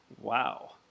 Wow